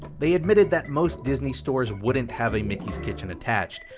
they admitted that most disney stores wouldn't have a mickey's kitchen attached,